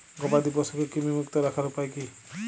গবাদি পশুকে কৃমিমুক্ত রাখার উপায় কী?